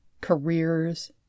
careers